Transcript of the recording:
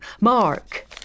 Mark